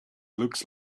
looks